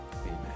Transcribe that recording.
amen